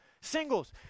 Singles